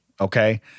okay